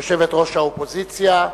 יושבת-ראש האופוזיציה.